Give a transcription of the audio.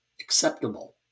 acceptable